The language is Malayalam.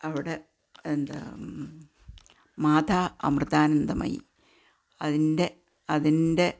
അവിടെ എന്താ മാതാ അമൃതാനന്ദമയി അതിന്റെ അതിന്റെ